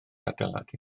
adeiladu